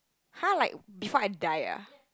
!huh! like before I die ah